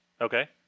okay